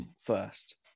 first